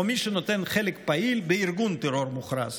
או מי שנוטל חלק פעיל בארגון טרור מוכרז.